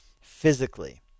physically